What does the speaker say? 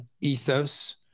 ethos